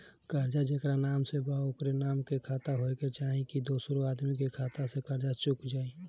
कर्जा जेकरा नाम से बा ओकरे नाम के खाता होए के चाही की दोस्रो आदमी के खाता से कर्जा चुक जाइ?